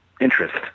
interest